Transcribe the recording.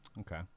Okay